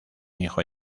hijo